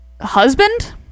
husband